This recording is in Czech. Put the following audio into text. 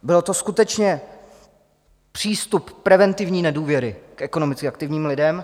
Byl to skutečně přístup preventivní nedůvěry k ekonomicky aktivním lidem.